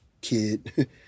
kid